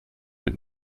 mit